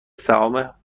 سهام